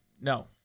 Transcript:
No